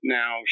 now